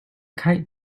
kite